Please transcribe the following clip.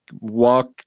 walk